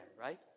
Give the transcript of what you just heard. right